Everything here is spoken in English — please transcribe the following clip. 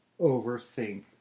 overthink